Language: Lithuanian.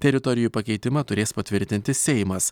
teritorijų pakeitimą turės patvirtinti seimas